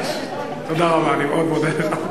תודה רבה, אני מאוד מודה.